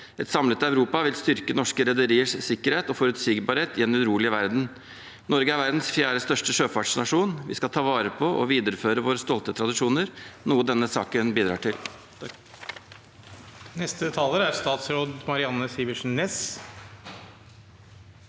Et samlet Europa vil styrke norske rederiers sikkerhet og forutsigbarhet i en urolig verden. Norge er verdens fjerde største sjøfartsnasjon. Vi skal ta vare på og videreføre våre stolte tradisjoner, noe denne saken bidrar til.